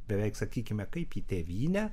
beveik sakykime kaip į tėvynę